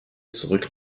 zurück